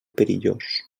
perillós